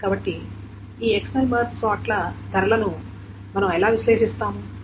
కాబట్టి ఈ external merge sort ల ధరలను మనము ఎలా విశ్లేషిస్తాము